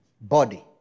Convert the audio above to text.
body